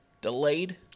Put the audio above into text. delayed